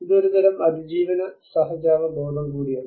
ഇത് ഒരുതരം അതിജീവന സഹജാവബോധം കൂടിയാണ്